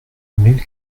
mille